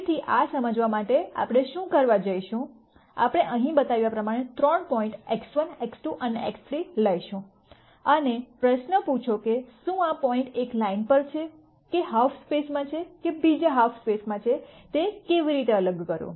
તેથી આ સમજવા માટે આપણે શું કરવા જઈશું છે આપણે અહીં બતાવ્યા પ્રમાણે ત્રણ પોઇન્ટ X1 X2 અને X3 લઈશું અને પ્રશ્ન પૂછો કે શું આ પોઇન્ટ એક લાઇન પર છે કે હાલ્ફ સ્પેસમાં છે કે બીજા હાલ્ફ સ્પેસમાં છે તે કેવી રીતે અલગ કરું